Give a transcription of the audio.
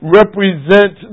represent